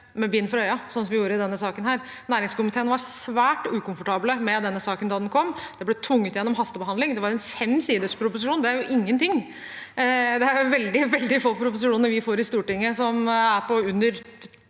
med bind for øynene, slik vi gjorde i denne saken. Næringskomiteen var svært ukomfortabel med denne saken da den kom. Det ble tvunget gjennom hastebehandling, det var en femsiders proposisjon – det er ingenting. Det er veldig, veldig få proposisjoner vi får til Stortinget som er på i